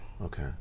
Okay